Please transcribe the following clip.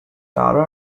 tara